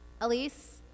Elise